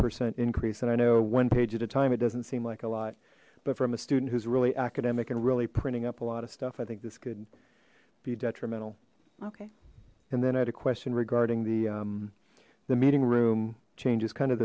percent increase and i know one page at a time it doesn't seem like a lot but from a student who's really academic and really printing up a lot of stuff i think this could be detrimental okay and then i had a question regarding the the meeting room changes kind of